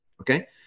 Okay